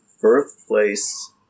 birthplace